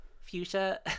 Fuchsia